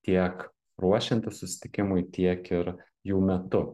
tiek ruošiantis susitikimui tiek ir jų metu